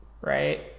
Right